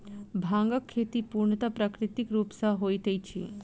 भांगक खेती पूर्णतः प्राकृतिक रूप सॅ होइत अछि